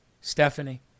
Stephanie